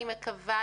אני מקווה,